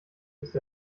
ist